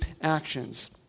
actions